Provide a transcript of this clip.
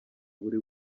buri